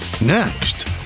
Next